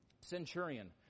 centurion